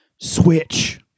switch